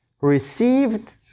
received